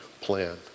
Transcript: plan